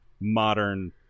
modern